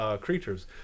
creatures